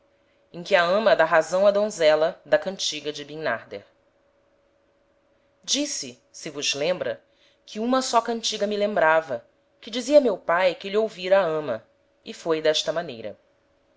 em que a ama dá razão á donzela da cantiga de bimnarder disse se vos lembra que uma só cantiga me lembrava que dizia meu pae que lhe ouvira a ama e foi d'esta maneira